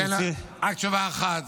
את תרצי --- אני אתן רק תשובה אחת.